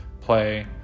play